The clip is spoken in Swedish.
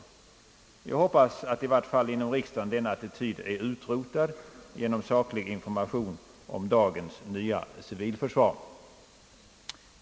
Jag hoppas att i vart fall inom riksdagen denna attityd är utrotad genom saklig information om dagens nya civilförsvar.